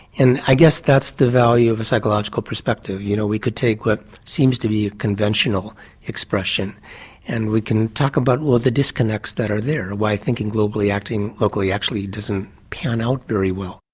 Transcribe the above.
and i guess that's the value of a psychological perspective. you know we could take what seems to be a conventional expression and we can talk about all the disconnects that are there. why thinking globally acting locally actually doesn't pan out very well.